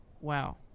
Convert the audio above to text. Wow